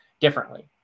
differently